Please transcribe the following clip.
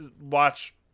watch